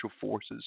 forces